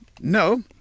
No